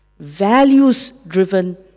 values-driven